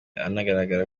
anagaragara